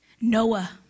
Noah